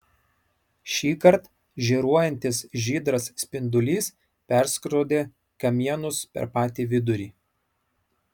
šįkart žėruojantis žydras spindulys perskrodė kamienus per patį vidurį